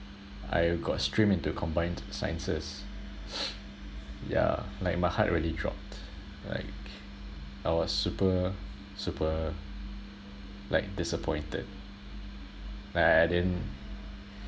I got streamed into combined sciences yeah like my heart already dropped like I was super super like disappointed like I didn't